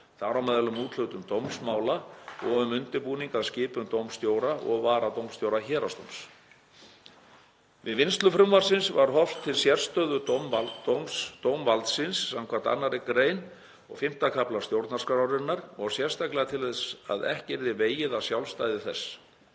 þar á meðal um úthlutun dómsmála og um undirbúning að skipun dómstjóra og varadómstjóra Héraðsdóms. Við vinnslu frumvarpsins var horft til sérstöðu dómvaldsins skv. 2. gr. og V. kafla stjórnarskrárinnar og sérstaklega til þess að ekki yrði vegið að sjálfstæði þess.